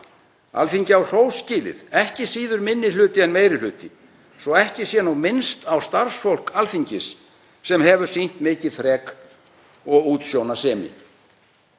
Alþingi á hrós skilið, ekki síður minni hluti en meiri hluti, svo ekki sé nú minnst á starfsfólk Alþingis sem hefur sýnt mikið þrek og útsjónarsemi.